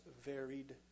varied